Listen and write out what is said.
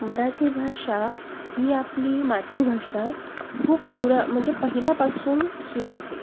मराठी भाषा ही आपली मातृभाषा खूप पुरा म्हणजे पहिल्यापासून सुरू आहे